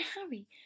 Harry